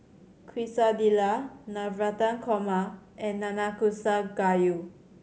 Quesadillas Navratan Korma and Nanakusa Gayu